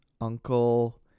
Uncle